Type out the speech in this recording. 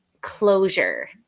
closure